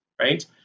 right